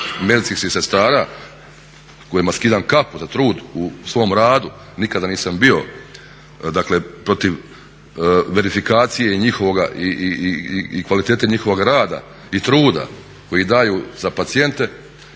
medicinskih sestara kojima skidam kapu za trud u svom radu. Nikada nisam bio protiv verifikacije i kvalitete njihovog rada i truda koji daju za pacijente,